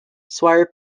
swire